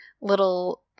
little